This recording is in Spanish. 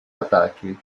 ataque